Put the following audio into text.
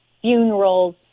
funerals